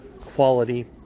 quality